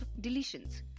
deletions